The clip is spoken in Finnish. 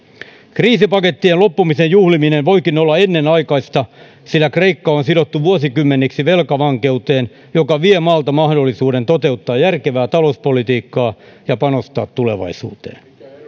kriisipakettien loppumisen juhliminen voikin olla ennenaikaista sillä kreikka on sidottu vuosikymmeniksi velkavankeuteen joka vie maalta mahdollisuuden toteuttaa järkevää talouspolitiikkaa ja panostaa tulevaisuuteen